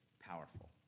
powerful